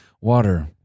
Water